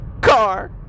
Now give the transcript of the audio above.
car